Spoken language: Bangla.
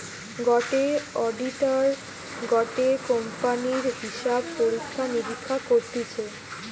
গটে অডিটার গটে কোম্পানির হিসাব পরীক্ষা নিরীক্ষা করতিছে